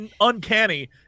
uncanny